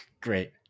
Great